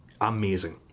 amazing